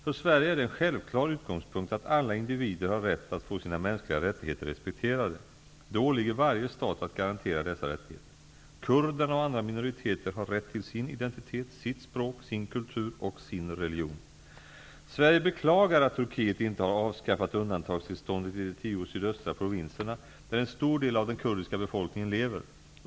För Sverige är det en självklar utgångspunkt att alla individer har rätt att få sina mänskliga rättigheter respekterade. Det åligger varje stat att garantera dessa rättigheter. Kurderna och andra minoriteter har rätt till sin identitet, sitt språk, sin kultur och sin religion. Sverige beklagar att Turkiet inte har avskaffat undantagstillståndet i de tio sydöstra provinserna där en stor del av den kurdiska befolkningen lever.